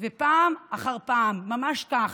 ופעם אחר פעם, ממש כך,